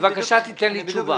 בבקשה תן לי תשובה.